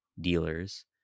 dealers